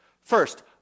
First